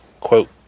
Quote